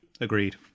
Agreed